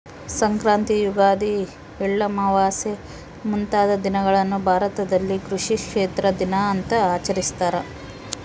ಸಂಕ್ರಾಂತಿ ಯುಗಾದಿ ಎಳ್ಳಮಾವಾಸೆ ಮುಂತಾದ ದಿನಗಳನ್ನು ಭಾರತದಲ್ಲಿ ಕೃಷಿ ಕ್ಷೇತ್ರ ದಿನ ಅಂತ ಆಚರಿಸ್ತಾರ